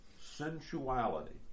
sensuality